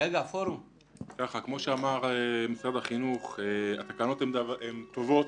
כמו שאמר משרד החינוך, התקנות הן טובות.